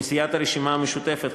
מסיעת הרשימה המשותפת,